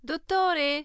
Dottore